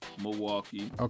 Milwaukee